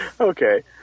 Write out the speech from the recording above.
Okay